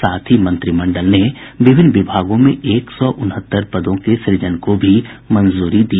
साथ ही मंत्रिमंडल ने विभिन्न विभागों में एक सौ उनहत्तर पदों के सुजन को भी मंजूरी दी